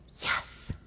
Yes